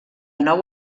nou